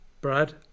Brad